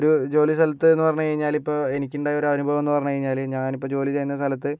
ഒരു ജോലി സ്ഥലത്തെന്ന് പറഞ്ഞു കഴിഞ്ഞാല് ഇപ്പ എനിക്കുണ്ടായ ഒരു അനുഭവം എന്ന് പറഞ്ഞു കഴിഞ്ഞാല് ഞാൻ ഇപ്പം ജോലി ചെയ്യുന്ന സ്ഥലത്ത്